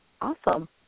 awesome